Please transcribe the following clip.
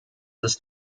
ist